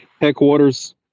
headquarters